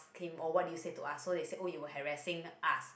him oh what do you to ask so they said you are has raising us